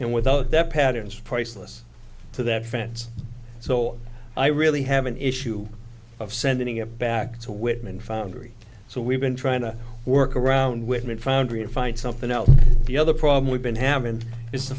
and without that pattern's priceless to that fence so i really have an issue of sending it back to whitman foundry so we've been trying to work around whitman foundry and find something else the other problem we've been having is to